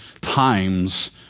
times